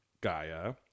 Gaia